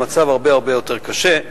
המצב הרבה הרבה יותר קשה.